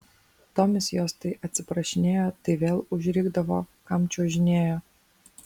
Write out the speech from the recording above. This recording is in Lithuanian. tomis jos tai atsiprašinėjo tai vėl užrikdavo kam čiuožinėjo